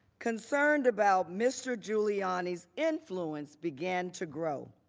concerned about mr. giuliani's influence began to grow.